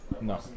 No